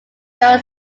joe